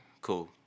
cool